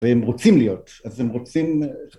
‫והם רוצים להיות, אז הם רוצים...